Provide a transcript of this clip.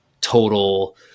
total